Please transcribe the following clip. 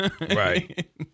Right